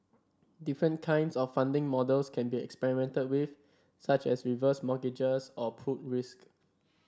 different kinds of funding models can be experimented with such as reverse mortgages or pooled risk